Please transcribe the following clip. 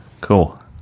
cool